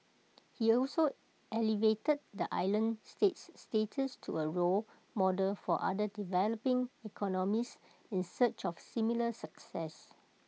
he also elevated the island state's status to A role model for other developing economies in search of similar success